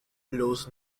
blows